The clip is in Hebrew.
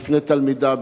בפני תלמידיו,